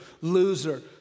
loser